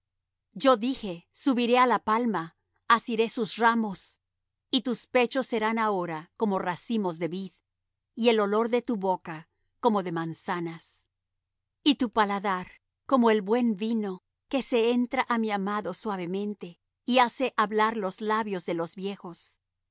yo dije subiré á la palma asiré sus ramos y tus pechos serán ahora como racimos de vid y el olor de tu boca como de manzanas y tu paladar como el buen vino que se entra á mi amado suavemente y hace hablar los labios de los viejos